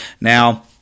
Now